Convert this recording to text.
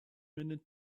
minute